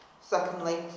Secondly